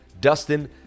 Dustin